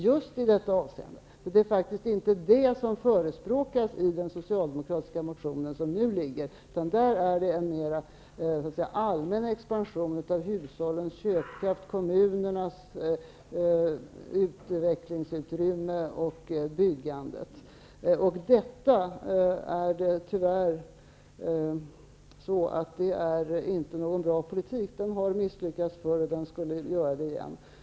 Herr talman! Det är faktiskt så, Allan Larsson, att det krävs ett litet mått av fakta innan man ger sig in i en diskussion. Ingen har väl på något sätt tvivlat på -- många har faktiskt stått här många gånger om och pratat om det -- hur viktigt och bra det är med utbildning, arbetslinjen inom arbetsmarknadspolitiken och tidigarelagda infrastrukturinvesteringar. Vi har satsat betydande medel på att förstärka den bristfälliga satsning som den socialdemokratiska regeringen gjorde för ett år sedan just i detta avseende. Det är faktiskt inte det som förespråkas i den socialdemokratiska motion som nu ligger. Där är det en mer allmän expansion av hushållens köpkraft, kommunernas utvecklingsutrymme och byggandet. Detta är tyvärr inte någon bra politik. Den har misslyckats förr, och den skulle göra det igen.